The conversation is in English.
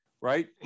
right